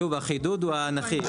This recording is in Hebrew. שוב, החידוד הוא אנכי.